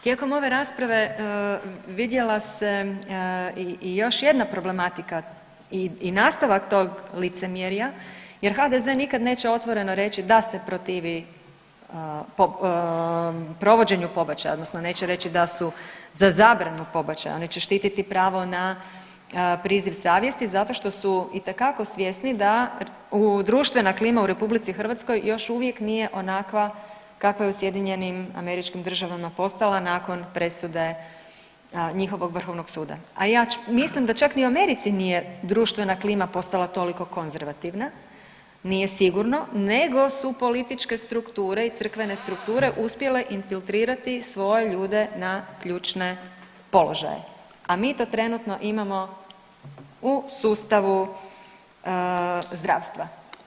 Tijekom ove rasprave vidjela se i još jedna problematika i nastavak tog licemjerja jer HDZ nikad neće otvoreno reći da se protivi provođenju pobačaj, odnosno neće reći da su za zabranu pobačaja, neće štiti pravo na priziv savjesti zato što su itekako svjesni da u društvena klima u RH još uvijek nije onakva kakva je u SAD-u postala nakon presude njihovog vrhovnog suda, a ja mislim da čak ni u Americi nije društvena klima postala toliko konzervativna, nije sigurno nego su političke strukture i crkvene strukture uspjele infiltrirati svoje ljude na ključne položaje, a mi to trenutno imamo u sustavu zdravstva.